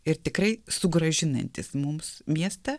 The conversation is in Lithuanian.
ir tikrai sugrąžinantys mums miestą